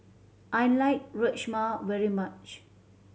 I like Rajma very much